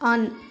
on